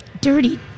dirty